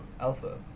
Alpha